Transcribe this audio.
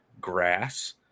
grass